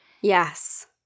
Yes